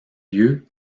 lieu